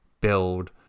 build